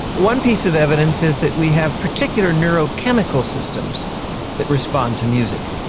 one piece of evidence is that we have particular neurochemical systems that respond to music.